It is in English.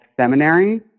seminary